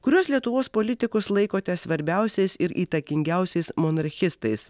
kurios lietuvos politikus laikote svarbiausiais ir įtakingiausiais monarchistais